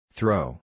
Throw